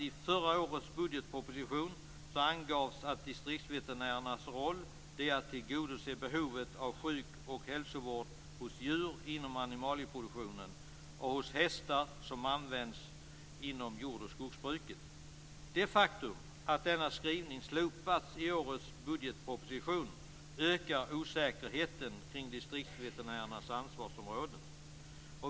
I förra årets budgetproposition angavs att distriktsveterinärernas roll är att tillgodose behovet av sjuk och hälsovård när det gäller djur inom animalieproduktionen och när det gäller hästar som används inom jord och skogsbruket. Det faktum att denna skrivning slopats i årets budgetproposition ökar osäkerheten kring distriktsveterinärernas ansvarsområde.